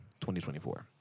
2024